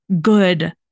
good